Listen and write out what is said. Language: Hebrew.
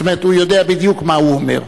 זאת אומרת הוא יודע בדיוק מה הוא אומר.